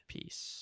Peace